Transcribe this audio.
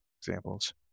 examples